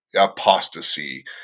apostasy